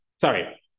sorry